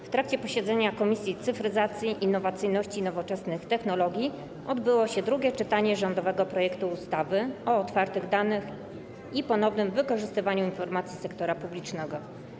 W trakcie posiedzenia Komisji Cyfryzacji, Innowacyjności i Nowoczesnych Technologii odbyło się drugie czytanie rządowego projektu ustawy o otwartych danych i ponownym wykorzystywaniu informacji sektora publicznego.